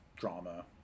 drama